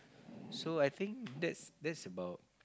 so I think that's that's about